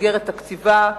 במסגרת תקציבה,